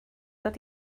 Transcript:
dod